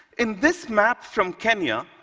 in this map from kenya,